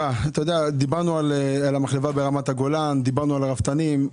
דיברנו על המחלבה ברמת הגולן ודיברנו על הרפתנים.